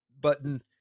button